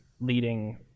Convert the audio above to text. leading